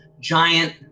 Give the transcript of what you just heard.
giant